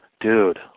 Dude